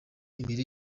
imbere